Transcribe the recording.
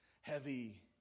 heavy